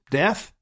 death